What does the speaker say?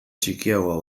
txikiagoa